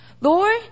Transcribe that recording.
Lord